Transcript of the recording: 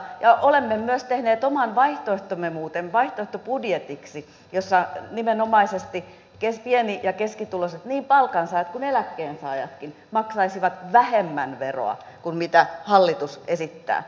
ja olemme muuten myös tehneet oman vaihtoehtomme vaihtoehtobudjetiksi jossa nimenomaisesti pieni ja keskituloiset niin palkansaajat kuin eläkkeensaajatkin maksaisivat vähemmän veroa kuin mitä hallitus esittää